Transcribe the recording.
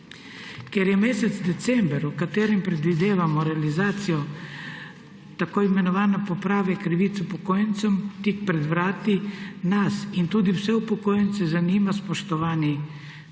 Ker je mesec december, v katerem predvidevamo realizacijo tako imenovanega popravka krivic upokojencem, tik pred vrati, nas in tudi vse upokojence zanima: Spoštovani